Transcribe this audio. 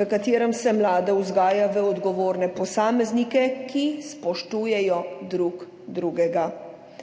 v katerem se mlade vzgaja v odgovorne posameznike, ki spoštujejo drug drugega.